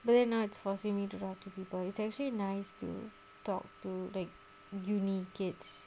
but then now it's forcing me talk to people it's actually nice to talk to like uni kids